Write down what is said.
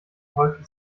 häufig